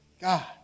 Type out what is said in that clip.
God